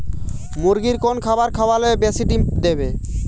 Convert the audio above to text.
মুরগির কোন খাবার খাওয়ালে বেশি ডিম দেবে?